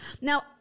Now